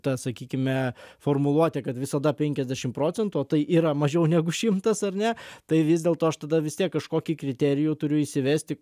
ta sakykime formuluotė kad visada penkiasdešim procentų o tai yra mažiau negu šimtas ar ne tai vis dėlto aš tada vis tiek kažkokį kriterijų turiu įsivesti